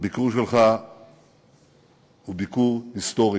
הביקור שלך הוא ביקור היסטורי.